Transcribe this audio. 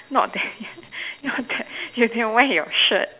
not there not that you can wear your shirt